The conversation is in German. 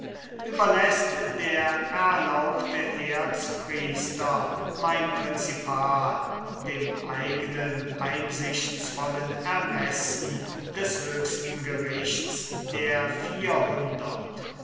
überläßt der erlauchte erzpriester mein principal dem eignen einsichtsvollen ermessen des höchsten gerichts der vierhundert